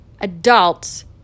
adults